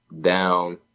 down